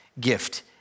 gift